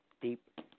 deep